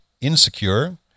insecure